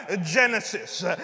Genesis